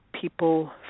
people